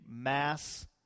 mass